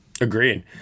Agreed